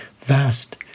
Vast